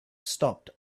stopped